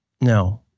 No